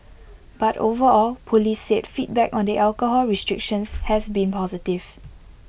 but overall Police said feedback on the alcohol restrictions has been positive